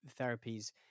therapies